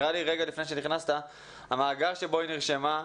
שנייה, סמי.